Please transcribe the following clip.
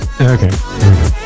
Okay